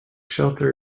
shelter